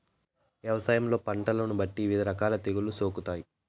వ్యవసాయంలో పంటలను బట్టి వివిధ రకాల తెగుళ్ళు సోకుతాయి